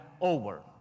over